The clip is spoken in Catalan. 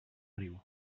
riu